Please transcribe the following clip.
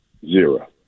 Zero